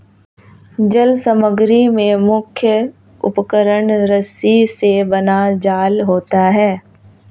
जल समग्री में मुख्य उपकरण रस्सी से बना जाल होता है